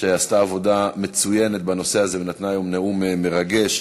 שעשתה עבודה מצוינת בנושא הזה ונתנה היום נאום מרגש.